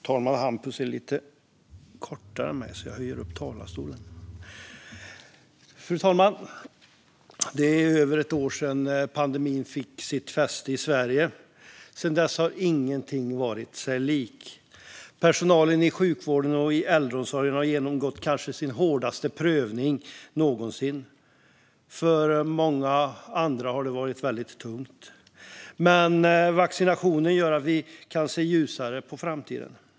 Fru talman! Det är över ett år sedan pandemin fick fäste i Sverige. Sedan dess har ingenting varit sig likt. Personalen i sjukvården och i äldreomsorgen har genomgått sin kanske hårdaste prövning någonsin, och även för många andra har det varit väldigt tungt. Vaccinationen gör dock att vi kan se ljusare på framtiden.